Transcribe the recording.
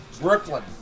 Brooklyn